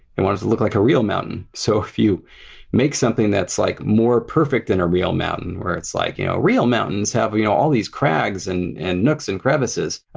it to to look like a real mountain. so if you make something that's like more perfect than a real mountain where it's like you know real mountains having you know all these crags and and nooks and crevices,